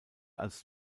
als